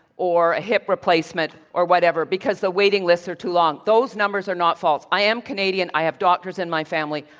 or a hip replacement, or whatever because the waiting lists are too long. those numbers are not false. i am canadian i have doctors in my family.